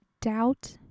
doubt